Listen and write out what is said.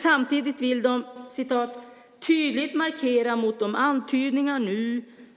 Samtidigt vill de "tydligt markera mot de antydningar